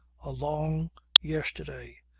a long yesterday,